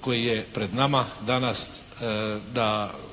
koji je pred nama danas da kao